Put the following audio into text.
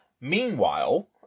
Meanwhile